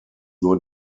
nur